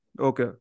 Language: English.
Okay